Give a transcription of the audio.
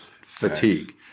fatigue